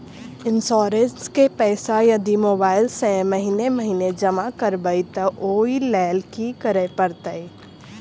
Insurance केँ पैसा यदि मोबाइल सँ महीने महीने जमा करबैई तऽ ओई लैल की करऽ परतै?